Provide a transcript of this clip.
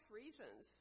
reasons